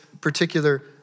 particular